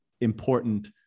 important